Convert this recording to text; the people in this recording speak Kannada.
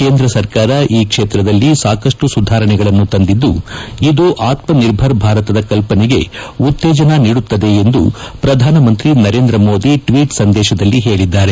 ಕೇಂದ ಸರ್ಕಾರ ಈ ಕ್ಷೇತ್ರದಲ್ಲಿ ಸಾಕಷ್ಟು ಸುಧಾರಣೆಗಳನ್ನು ತಂದಿದ್ದು ಇದು ಆತ್ಮ ನಿರ್ಭರ ಭಾರತದ ಕಲ್ಪನೆಗೆ ಉತ್ತೇಜನ ನೀಡುತ್ತದೆ ಎಂದು ಪ್ರಧಾನಮಂತ್ರಿ ನರೇಂದ್ರ ಮೋದಿ ಟ್ವೀಟ್ ಸಂದೇಶದಲ್ಲಿ ಹೇಳಿದ್ದಾರೆ